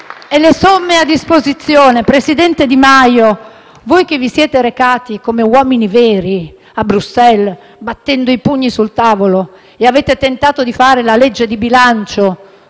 e le somme a disposizione. Presidente Di Maio, voi che vi siete recati a Bruxelles come uomini veri, battendo i pugni sul tavolo, e avete tentato di fare una legge di bilancio